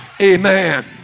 Amen